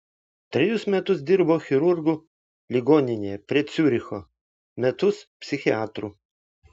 trejus metus dirbo chirurgu ligoninėje prie ciuricho metus psichiatru